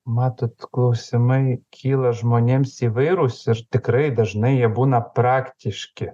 matot klausimai kyla žmonėms įvairūs ir tikrai dažnai jie būna praktiški